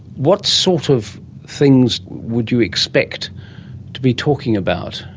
what sort of things would you expect to be talking about?